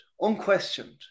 unquestioned